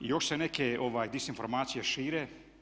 Još se neke dezinformacije šire.